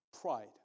Pride